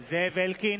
זאב אלקין,